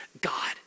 God